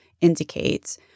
Indicates